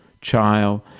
child